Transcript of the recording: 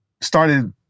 started